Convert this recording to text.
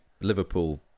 Liverpool